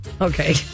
Okay